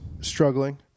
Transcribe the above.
struggling